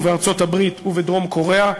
בארצות-הברית ובדרום-קוריאה.